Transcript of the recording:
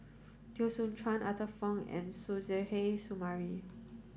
Teo Soon Chuan Arthur Fong and Suzairhe Sumari